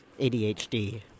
adhd